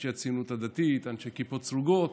השר טרופר.